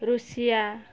Russia